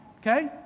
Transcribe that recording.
okay